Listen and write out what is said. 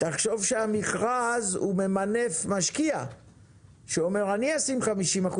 תחשוב שהמכרז ממנף משקיע שאומר: אני אשים 50%,